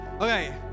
okay